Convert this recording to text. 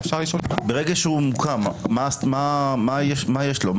ברגע שהוא מוקם, מה יש לו?